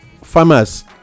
farmers